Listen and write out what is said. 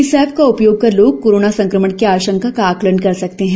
इस ऐप का उपयोग कर लोग कोरोना संक्रमण की आशंका का आकलन कर सकते हैं